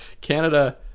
Canada